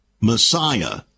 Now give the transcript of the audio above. Messiah